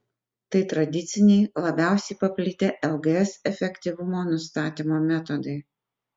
tai tradiciniai labiausiai paplitę lgs efektyvumo nustatymo metodai